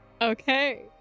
Okay